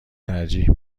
ترجیح